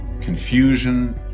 confusion